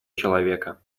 человека